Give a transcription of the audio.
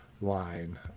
line